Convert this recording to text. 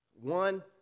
One